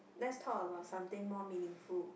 let's talk about something more meaningful